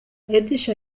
edsha